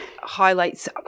highlights